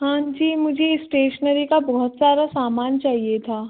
हाँ जी मुझे स्टेशनरी का बहुत सारा समान चाहिए था